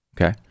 okay